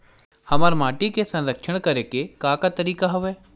हमर माटी के संरक्षण करेके का का तरीका हवय?